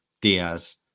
Diaz